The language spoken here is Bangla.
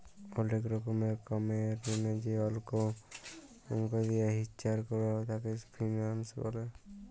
ওলেক রকমের কামের জনহে যে অল্ক দিয়া হিচ্চাব ক্যরা হ্যয় তাকে ফিন্যান্স ব্যলে